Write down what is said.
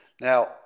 Now